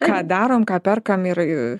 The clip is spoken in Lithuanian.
ką darom ką perkam ir